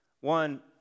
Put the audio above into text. One